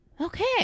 okay